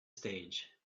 stage